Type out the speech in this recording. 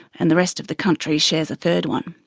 and the rest of the country shares a third one.